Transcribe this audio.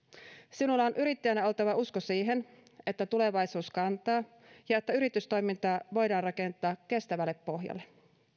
sinulla on yrittäjänä oltava usko siihen että tulevaisuus kantaa ja että yritystoimintaa voidaan rakentaa kestävälle pohjalle